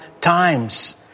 times